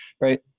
right